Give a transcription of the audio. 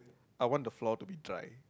I want the floor to be dried